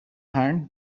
hand